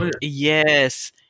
Yes